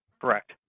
Correct